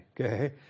Okay